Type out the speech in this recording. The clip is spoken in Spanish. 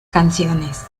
canciones